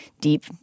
deep